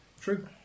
True